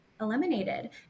eliminated